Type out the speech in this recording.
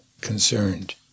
concerned